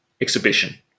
Exhibition